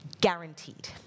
guaranteed